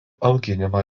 auginimo